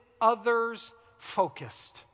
others-focused